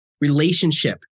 relationship